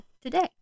Today